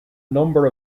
number